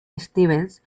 stevens